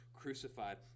crucified